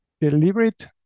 deliberate